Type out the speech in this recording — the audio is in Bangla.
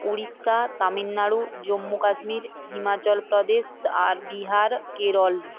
উড়িষ্যা তামিলনাড়ু জম্মু কাশ্মীর হিমাচল প্রদেশ আর বিহার কেরল